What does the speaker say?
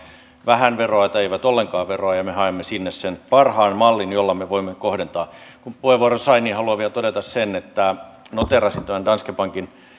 vähän tai eivät ollenkaan veroa ja me haemme sinne sen parhaan mallin jolla me voimme kohdentaa kun puheenvuoron sain niin haluan vielä todeta sen että noteerasin tämän danske bankin